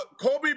Kobe